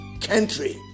country